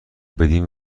بدین